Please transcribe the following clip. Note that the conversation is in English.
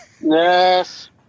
yes